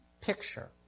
picture